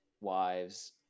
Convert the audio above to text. wives